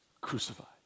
crucified